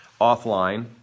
offline